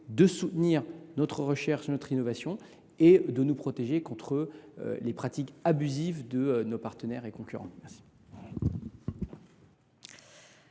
de soutenir notre recherche et notre innovation, mais également de nous protéger contre les pratiques abusives de nos partenaires et concurrents.